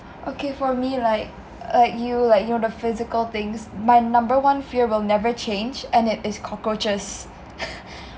okay for me like like you like you know the physical things my number one fear will never change and it is cockroaches